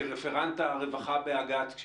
כרפרנט הרווחה באגף התקציבים,